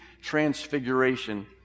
transfiguration